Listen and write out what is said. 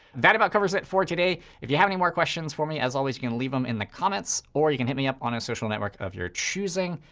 that about covers it for today. if you have any more questions for me, as always, you can leave them in the comments, or you can hit me up on a social network of your choosing.